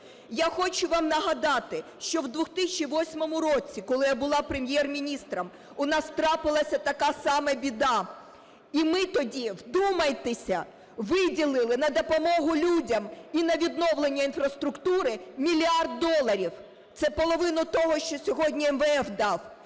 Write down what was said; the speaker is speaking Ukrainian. Я хочу вам нагадати, що в 2008 році, коли я була Прем'єр-міністром, у нас трапилася така сама біда. І ми тоді, вдумайтеся, виділили на допомогу людям і на відновлення інфраструктури мільярд доларів. Це половина того, що сьогодні МВФ дав.